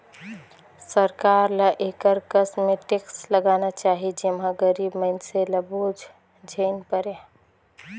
सरकार ल एकर कस में टेक्स लगाना चाही जेम्हां गरीब मइनसे ल बोझ झेइन परे